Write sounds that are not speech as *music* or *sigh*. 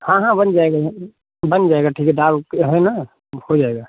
हाँ हाँ बन जाएगा बन जाएगा ठेकेदार *unintelligible* है ना हो जाएगा